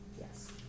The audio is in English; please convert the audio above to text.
Yes